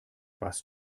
was